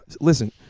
listen